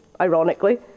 ironically